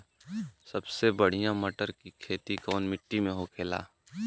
सबसे बढ़ियां मटर की खेती कवन मिट्टी में होखेला?